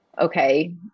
okay